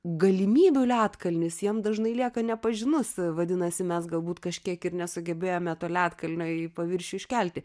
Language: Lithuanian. galimybių ledkalnis jiems dažnai lieka nepažinus vadinasi mes galbūt kažkiek ir nesugebėjome to ledkalnio į paviršių iškelti